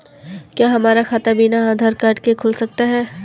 क्या हमारा खाता बिना आधार कार्ड के खुल सकता है?